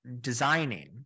designing